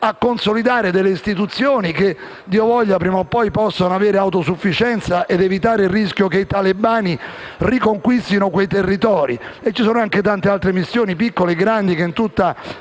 a consolidare delle istituzioni che - Dio lo voglia - prima o poi potranno essere autosufficienti, evitando il rischio che i talebani riconquistino quei territori. Ci sono tante altre missioni, piccole e grandi, che in tutta